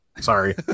Sorry